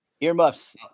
earmuffs